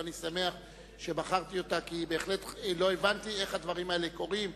ואני שמח שבחרתי אותה כי בהחלט לא הבנתי איך הדברים האלה קורים.